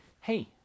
Hey